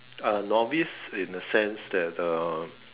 a novice in the sense that the